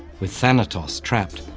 with thanatos trapped,